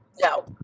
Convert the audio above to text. no